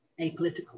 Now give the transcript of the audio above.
apolitical